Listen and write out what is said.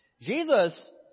Jesus